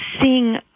seeing